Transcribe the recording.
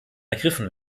ergriffen